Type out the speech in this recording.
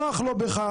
נוח לו בכך,